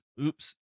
oops